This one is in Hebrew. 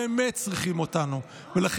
שצריכים אותנו באמת.